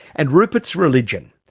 and rupert's religion.